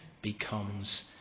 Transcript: becomes